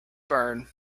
burn